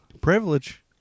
Privilege